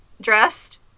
dressed